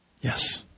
Yes